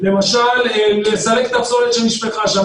למשל לסלק את הפסולת שנשפכה שם,